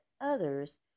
others